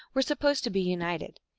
were supposed to be united,